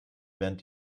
während